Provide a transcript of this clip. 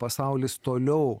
pasaulis toliau